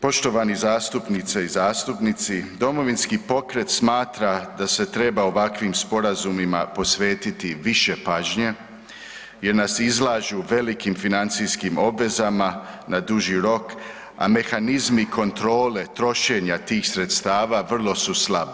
Poštovani zastupnice i zastupnici Domovinski pokret smatra da se treba ovakvim sporazumima posvetiti više pažnje jer nas izlažu velikim financijskim obvezama na duži rok, a mehanizmi kontrole trošenja tih sredstava vrlo su slabi.